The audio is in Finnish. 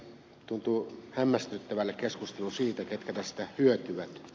tuntuu hämmästyttävälle keskustelu siitä ketkä tästä hyötyvät